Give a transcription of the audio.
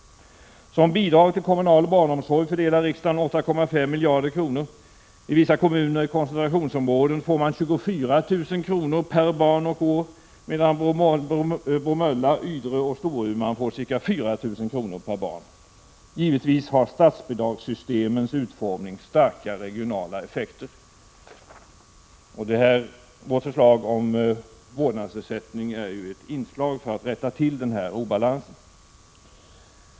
kronor. I vissa kommuner i koncentrationsområden får man 24 000 kr. per — Prot. 1986/87:128 barn och år, medan man i Bromölla, Ydre och Storuman får ca 4 000 kr. per = 21 maj 1987 barn. Givetvis ger statsbidragssystemets utformning starka regionala effekter. Vårt förslag om vårdnadsersättning är ett inslag för att rätta till denna obalans.